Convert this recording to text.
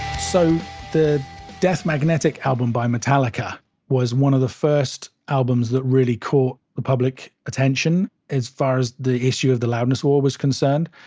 so the death magnetic album by metallica was one of the first albums that really caught the public attention as far as the issue of the loudness war was concerned.